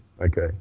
Okay